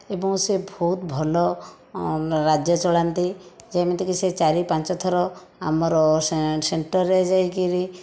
ଏବଂ ସେ ବହୁତ ଭଲ ରାଜ୍ୟ ଚଳାନ୍ତି ଯେମିତିକି ସେ ଚାରି ପାଞ୍ଚଥର ଆମର ସେ ସେଣ୍ଟରରେ ଯାଇକରି